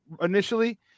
initially